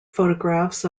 photographs